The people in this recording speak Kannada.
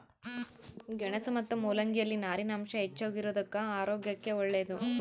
ಗೆಣಸು ಮತ್ತು ಮುಲ್ಲಂಗಿ ಯಲ್ಲಿ ನಾರಿನಾಂಶ ಹೆಚ್ಚಿಗಿರೋದುಕ್ಕ ಆರೋಗ್ಯಕ್ಕೆ ಒಳ್ಳೇದು